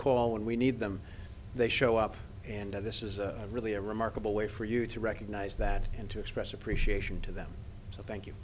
call when we need them they show up and this is really a remarkable way for you to recognize that and to express appreciation to them so thank you